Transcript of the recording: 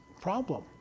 problem